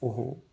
ਉਹ